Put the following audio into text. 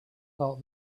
felt